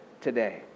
today